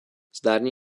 zdárně